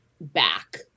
back